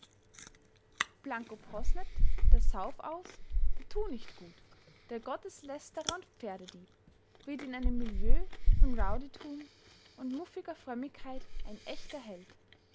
blanco posnet der saufaus der tunichtgut der gotteslästerer und pferdedieb wird in einem milieu von rowdytum und muffiger frömmigkeit ein echter held